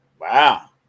wow